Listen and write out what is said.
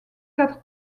quatre